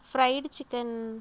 fried chicken